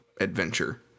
adventure